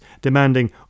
demanding